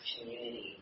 community